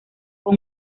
con